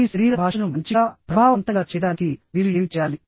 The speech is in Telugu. మీ శరీర భాషను మంచిగా ప్రభావవంతంగా చేయడానికి మీరు ఏమి చేయాలి